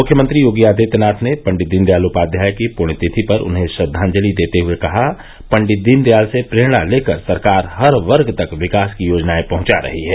मुख्यमंत्री योगी आदित्यनाथ ने पंडित दीनदयाल उपाध्याय की पृण्य तिथि पर उन्हें श्रद्वांजलि देते हुए कहा पंडित दीनदयाल से प्रेरणा लेकर सरकार हर वर्ग तक विकास की योजनाएं पहंचा रही है